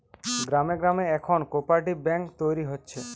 গ্রামে গ্রামে এখন কোপরেটিভ বেঙ্ক তৈরী হচ্ছে